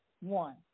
One